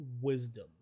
wisdom